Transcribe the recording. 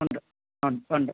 ഉണ്ട് ഉണ്ട്